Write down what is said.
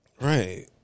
Right